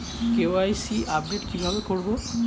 KYC update কি ভাবে করবো?